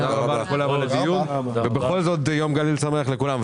בכל זאת יום גליל שמח לכולם.